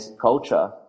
culture